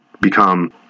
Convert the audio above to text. become